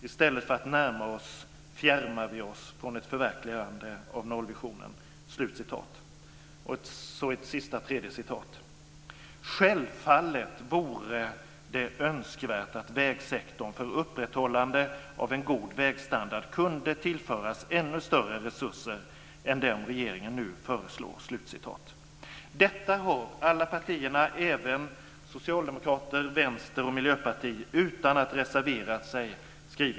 istället för att närma oss fjärmar vi oss från ett förverkligande av nollvisionen." "Självfallet vore det önskvärt att vägsektorn för upprätthållande av en god vägstandard kunde tillföras ännu större resurser än dem regeringen nu föreslår." Detta har alla partier, även socialdemokrater, vänster och miljöpartister, skrivit utan att reservera sig.